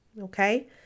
Okay